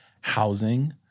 housing